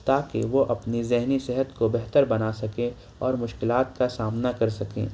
تاکہ وہ اپنی ذہنی صحت کو بہتر بنا سکیں اور مشکلات کا سامنا کر سکیں